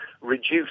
reduce